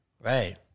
Right